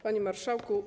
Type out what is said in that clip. Panie Marszałku!